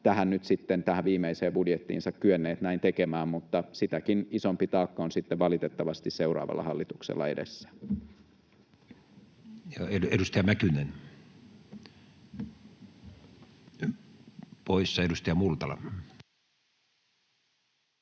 tähän viimeiseen budjettiinsa nyt sitten kyenneet näin tekemään, mutta sitäkin isompi taakka on sitten valitettavasti seuraavalla hallituksella edessään. Edustaja Mäkynen, poissa. — Edustaja Multala.